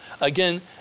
Again